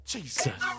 Jesus